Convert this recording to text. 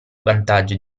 vantaggio